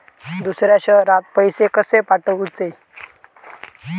दुसऱ्या शहरात पैसे कसे पाठवूचे?